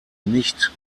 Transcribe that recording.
nicht